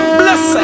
bless